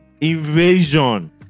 invasion